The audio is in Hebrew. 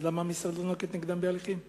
למה המשרד לא נוקט הליכים נגדם?